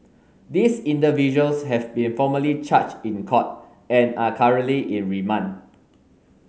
these individuals have been formally charged in court and are currently in remand